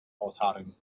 ausharren